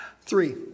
Three